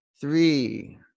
three